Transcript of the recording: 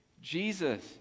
Jesus